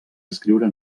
escriure